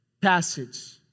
passage